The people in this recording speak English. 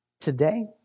today